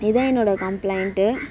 இதான் என்னோடய கம்ப்ளைன்டு